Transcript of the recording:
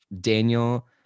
Daniel